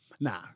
Nah